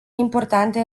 importante